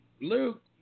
Luke